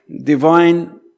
divine